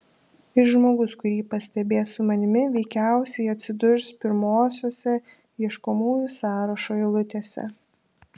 ir žmogus kurį pastebės su manimi veikiausiai atsidurs pirmosiose ieškomųjų sąrašo eilutėse